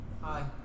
Hi